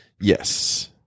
Yes